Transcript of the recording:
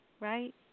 right